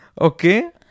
Okay